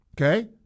Okay